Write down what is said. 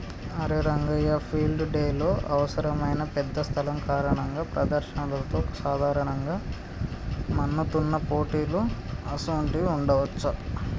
అరే రంగయ్య ఫీల్డ్ డెలో అవసరమైన పెద్ద స్థలం కారణంగా ప్రదర్శనలతో సాధారణంగా మన్నుతున్న పోటీలు అసోంటివి ఉండవచ్చా